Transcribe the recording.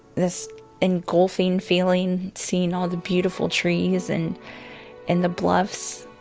this engulfing feeling, seeing all the beautiful trees and and the bluffs.